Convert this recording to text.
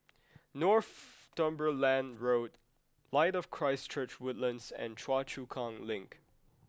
Northumberland Road Light of Christ Church Woodlands and Choa Chu Kang Link